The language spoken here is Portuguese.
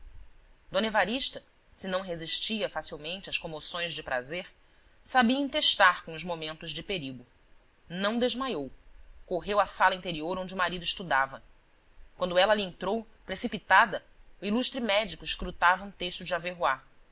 d evarista se não resistia facilmente às comoções de prazer sabia entestar com os momentos de perigo não desmaiou correu à sala interior onde o marido estudava quando ela ali entrou precipitada o ilustre médico escrutava um texto de